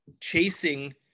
chasing